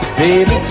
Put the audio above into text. baby